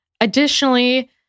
Additionally